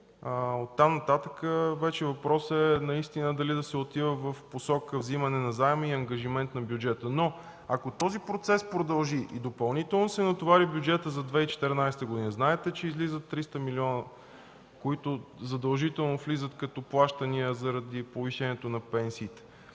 от там нататък вече въпросът е наистина дали да се отива в посока вземане на заем и ангажимент на бюджета. Ако този процес продължи и допълнително се натовари бюджетът за 2014 г., знаете, че излизат 300 милиона, които задължително влизат като плащания заради повишението на пенсиите.